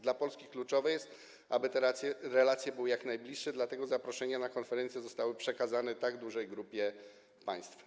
Dla Polski kluczowe jest, aby te relacje były jak najbliższe, dlatego zaproszenia na konferencję zostały przekazane tak dużej grupie państw.